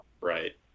Right